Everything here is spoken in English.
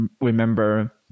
remember